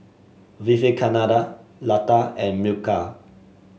Vivekananda Lata and Milkha